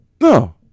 No